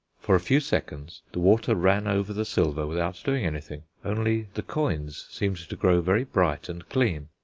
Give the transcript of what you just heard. for a few seconds the water ran over the silver without doing anything only the coins seemed to grow very bright and clean.